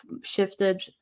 shifted